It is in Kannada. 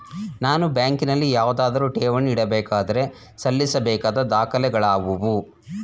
ನಾನು ಬ್ಯಾಂಕಿನಲ್ಲಿ ಯಾವುದಾದರು ಠೇವಣಿ ಇಡಬೇಕಾದರೆ ಸಲ್ಲಿಸಬೇಕಾದ ದಾಖಲೆಗಳಾವವು?